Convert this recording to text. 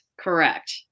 Correct